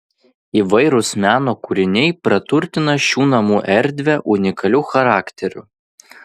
įvairūs meno kūriniai praturtina šių namų erdvę unikaliu charakteriu